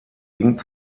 ging